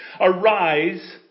arise